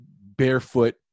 barefoot